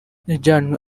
yajyanywe